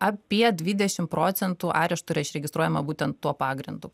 apie dvidešim procentų areštų yra išregistruojama būtent tuo pagrindu